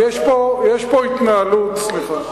יש פה התנהלות, להוריד את החוק.